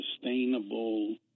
sustainable